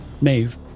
Maeve